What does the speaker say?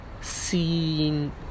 seen